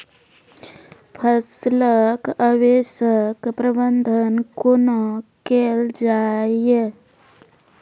फसलक अवशेषक प्रबंधन कूना केल जाये?